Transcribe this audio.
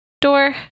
door